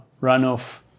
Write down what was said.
runoff